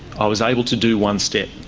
i was able to do one step.